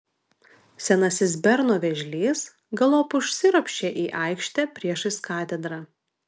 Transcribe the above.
senasis berno vėžlys galop užsiropščia į aikštę priešais katedrą